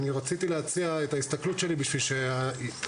אני רציתי להציע את ההסתכלות שלי כדי שנגזור